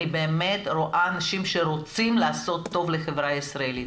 אני באמת רואה אנשים שרוצים לעשות טוב לחברה הישראלית,